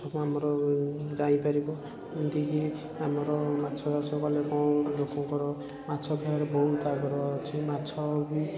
ଆମର ଯାଇପାରିବ ଯେମିତିକି ଆମର ମାଛ ଚାଷ କଲେ କ'ଣ ଲୋକଙ୍କର ମାଛ ଖାଇବାରେ ବହୁତ ଆଗ୍ରହ ଅଛି ମାଛ ବି